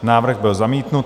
Návrh byl zamítnut.